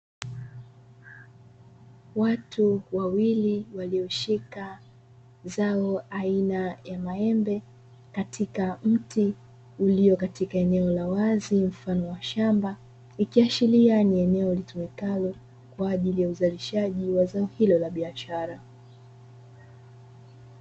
Watu wawili walioshika zao aina ya maembe katika mti ulio katika eneo la wazi mfano wa shamba, ikiashiria ni eneo litumikalo kwaajili ya uzalishaji wa zao hilo la biashara.